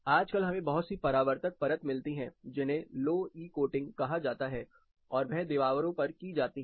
आजकल हमें बहुत सी परावर्तक परत मिलती है जिन्हें लो इ कोटिंग कहा जाता है और वह दीवारों पर की जाती है